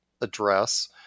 address